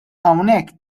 hawnhekk